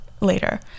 later